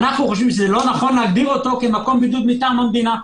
אנחנו חושבים שלא נכון להגדירו כמקום בידוד מטעם המדינה.